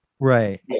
Right